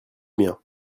mien